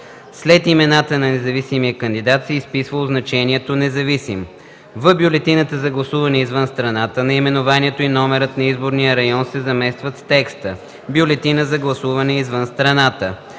След имената на независимия кандидат се изписва означението „независим”. В бюлетината за гласуване извън страната наименованието и номерът на изборния район се заместват с текста „Бюлетина за гласуване извън страната”.